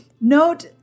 Note